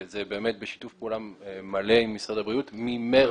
וזה באמת בשיתוף פעולה מלא עם משרד הבריאות, ממרס.